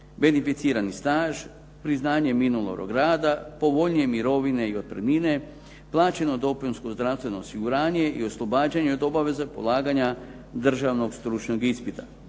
beneficirani staž, priznanje minulog rada, povoljnije mirovine i otpremnine, plaćeno dopunsko zdravstveno osiguranje i oslobađanje od obaveza polaganja državnog stručnog ispita.